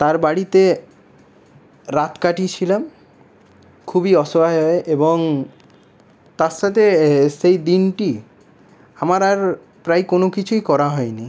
তার বাড়িতে রাত কাটিয়েছিলাম খুবই অসহায় হয়ে এবং তার সাথে সেই দিনটি আমার আর প্রায় কোনো কিছুই করা হয়নি